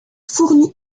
fournit